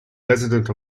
resident